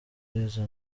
izo